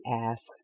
ask